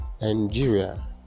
Nigeria